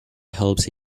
helps